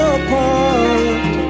apart